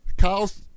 Kyle's